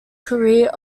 career